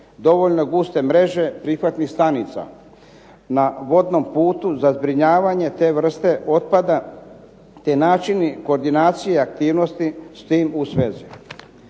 dovoljno guste mreže prihvatnih stanica na vodnom putu za zbrinjavanje te vrste otpada te načini, koordinacija i aktivnosti s tim u svezi.